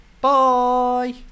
bye